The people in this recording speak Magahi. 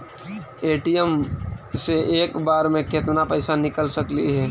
ए.टी.एम से एक बार मे केत्ना पैसा निकल सकली हे?